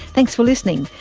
thanks for listening.